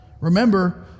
Remember